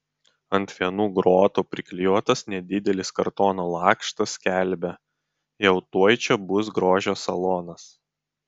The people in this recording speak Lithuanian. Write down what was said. ant vienų grotų priklijuotas nedidelis kartono lakštas skelbia jau tuoj čia bus grožio salonas